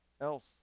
else